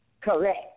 Correct